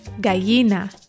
Gallina